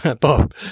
Bob